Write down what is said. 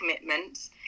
commitments